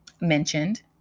mentioned